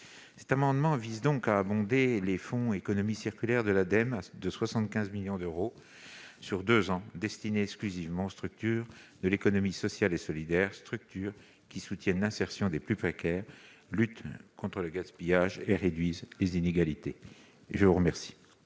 Cet amendement vise donc à abonder le fonds Économie circulaire de l'Ademe de 75 millions d'euros sur deux ans, destinés exclusivement aux structures de l'économie sociale et solidaire, structures qui soutiennent l'insertion des plus précaires et la lutte contre le gaspillage, et réduisent les inégalités. La parole